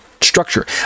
structure